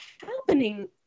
happening